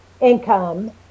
income